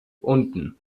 unten